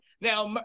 Now